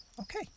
Okay